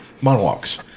Monologues